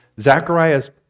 Zechariah's